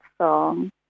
song